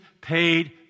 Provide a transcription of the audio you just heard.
paid